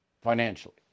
financially